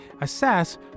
assess